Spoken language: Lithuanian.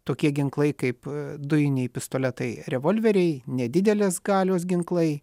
tokie ginklai kaip dujiniai pistoletai revolveriai nedidelės galios ginklai